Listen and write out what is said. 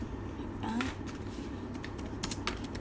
wait ah